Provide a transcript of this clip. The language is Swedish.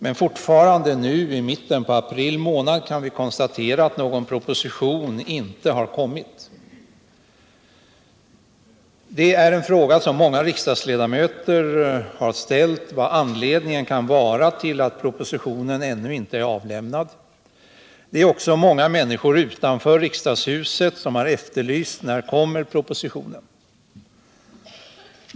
Men nu i mitten av april månad kan vi konstatera att någon proposition ännu inte har kommit. Många riksdagsledamöter har frågat sig vad anledningen kan vara till att propositionen ännu inte har avlämnats. Det är också många människor utanför riksdagshuset som undrat när propositionen kommer.